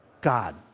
God